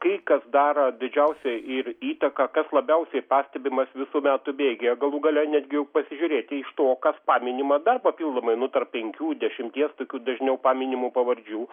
tai kas daro didžiausią ir įtaką kas labiausiai pastebimas visų metų bėgyje galų gale netgi jau pasižiūrėti iš to kas paminima dar papildomai nu tarp penkių dešimties tokių dažniau paminimų pavardžių